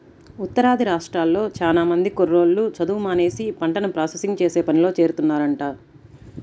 ఉత్తరాది రాష్ట్రాల్లో చానా మంది కుర్రోళ్ళు చదువు మానేసి పంటను ప్రాసెసింగ్ చేసే పనిలో చేరుతున్నారంట